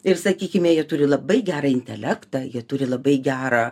ir sakykime jie turi labai gerą intelektą jie turi labai gerą